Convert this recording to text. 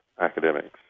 academics